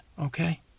okay